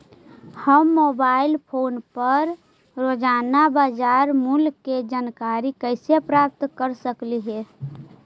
हम mobile phone पर रोजाना बाजार मूल्य के जानकारी कैसे प्राप्त कर सकली हे?